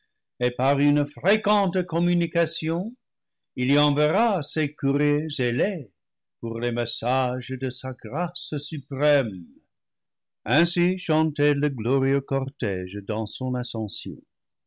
et par une fréquente communication il y enverra ses courriers ailés pour les messages de sa grâce suprême ainsi chantait le glorieux cortége dans son ascension